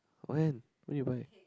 when when you buy